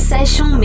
Session